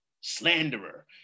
slanderer